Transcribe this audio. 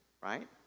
right